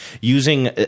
using